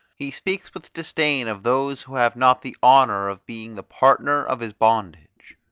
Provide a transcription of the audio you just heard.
he speaks with disdain of those who have not the honour of being the partner of his bondage.